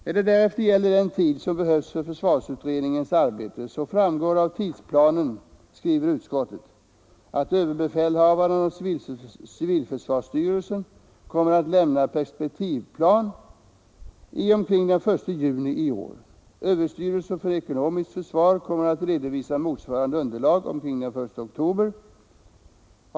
När det därefter gäller den tid som behövs för försvarsutredningens arbete så framgår av tidsplanen, skriver utskottet, att överbefälhavaren och civilförsvarsstyrelsen kommer att lämna perspektivplan del 1 omkring den 1 juni i år. Överstyrelsen för ekonomiskt försvar kommer att redovisa motsvarande underlag omkring den 1 oktober.